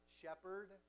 shepherd